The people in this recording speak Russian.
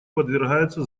подвергаются